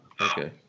okay